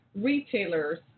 retailers